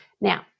Now